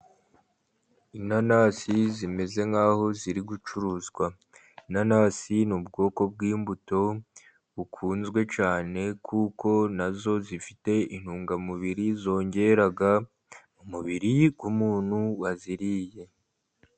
Inanasi zimeze nkaho ziri gucuruzwa ,inanasi ni ubwoko bw'imbuto bukunzwe cyane, kuko na zo zifite intungamubiri zongera mu mubiri w'umuntu waziriye.